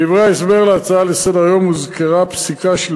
בדברי ההסבר להצעה לסדר-היום הוזכרה פסיקה של